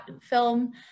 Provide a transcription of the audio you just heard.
film